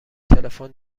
تلفن